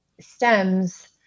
stems